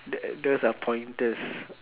th~ those are pointers